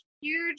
huge